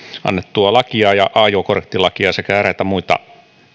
annettua lakia ja ajokorttilakia sekä eräitä muita